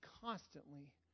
constantly